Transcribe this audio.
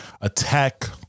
Attack